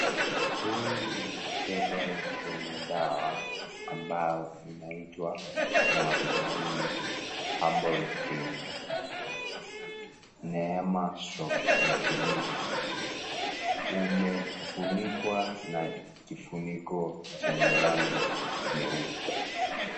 Huu mkebe wenye dawa ambayo inaitwa muarubaini (cs) herbal drink (cs) Neem/Mkilifi. Umefunikwa na kifuniko chenye rangi nyeupe.